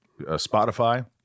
Spotify